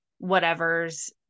Whatever's